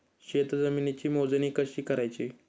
शेत जमिनीची मोजणी कशी करायची?